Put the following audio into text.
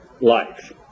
life